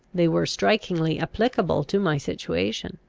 they were strikingly applicable to my situation,